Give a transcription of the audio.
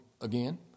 again